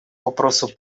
вопросу